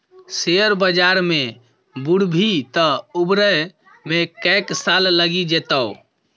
share बजार मे बुरभी तँ उबरै मे कैक साल लगि जेतौ